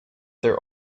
their